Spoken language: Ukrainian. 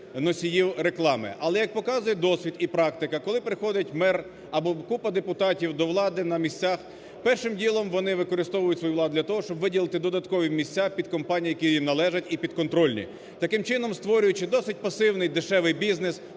носіїв реклами. Але, як показує досвід і практика, коли приходить мер або купа депутатів до влади на місцях, першим ділом вони використовують свою владу для того, щоб виділити додаткові місця під компанії, які їм належать і підконтрольні. Таким чином, створюючи досить пасивний дешевий бізнес,